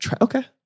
Okay